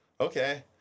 okay